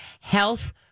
Health